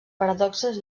paradoxes